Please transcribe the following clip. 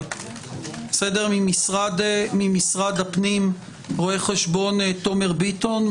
ממשרד הפנים רואה חשבון תומר ביטון,